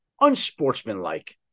unsportsmanlike